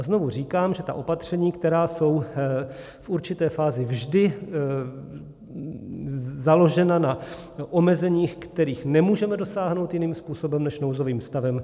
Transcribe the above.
Znovu říkám, že ta opatření, která jsou v určité fázi vždy založena na omezeních, nemůžeme dosáhnout jiným způsobem než nouzovým stavem.